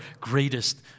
greatest